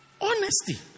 Honesty